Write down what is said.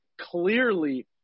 clearly –